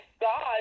God